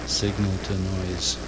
signal-to-noise